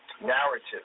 narrative